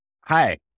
Hi